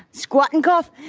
squat, and cough.